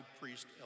priest